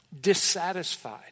dissatisfied